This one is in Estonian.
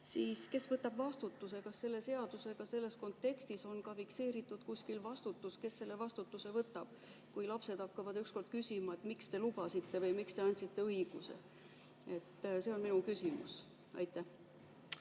siis võtab vastutuse? Kas selle seadusega on selles kontekstis kuskil fikseeritud ka vastutus? Kes vastutuse võtab, kui lapsed hakkavad ükskord küsima, miks te lubasite või miks te andsite õiguse? See on minu küsimus. Aitäh,